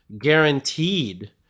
guaranteed